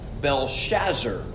Belshazzar